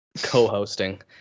co-hosting